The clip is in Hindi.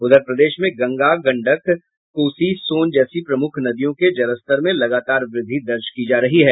उधर प्रदेश में गंगा गंडक कोसी सोन जैसी प्रमुख नदियों के जलस्तर में लगातार वृद्धि दर्ज की जा रही है